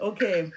Okay